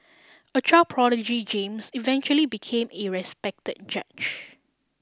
a child prodigy James eventually became a respected judge